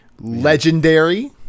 Legendary